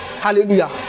hallelujah